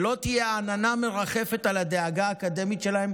כדי שלא תהיה עננה של דאגה מרחפת על השנה האקדמית שלהם,